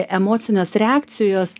emocinės reakcijos